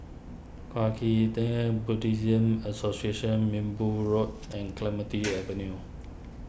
Kwa Kee Tng Buddhist Association Minbu Road and Clementi Avenue